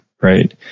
right